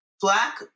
Black